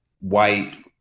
white